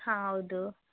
ಹಾಂ ಹೌದು